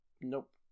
Nope